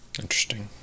interesting